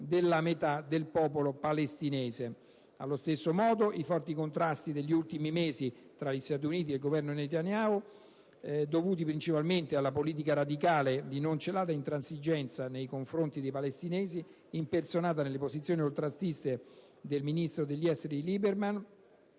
della metà del popolo palestinese. Allo stesso modo i forti contrasti degli ultimi mesi tra gli Stati Uniti ed il Governo Netanyahu, dovuti principalmente alla politica radicale di non celata intransigenza nei confronti dei palestinesi, impersonata dalle posizioni oltranziste del ministro degli esteri Lieberman,